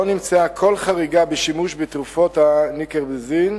לא נמצאה כל חריגה בשימוש בתרופות הניקרבזין,